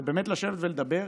זה באמת לשבת ולדבר,